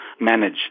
manage